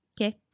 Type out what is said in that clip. Okay